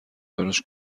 براش